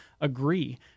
agree